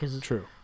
True